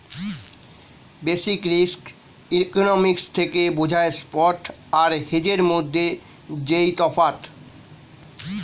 basic risk economics থেকে বোঝা spot আর হেজের মধ্যে যেই তফাৎ